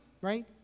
right